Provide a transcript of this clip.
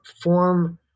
form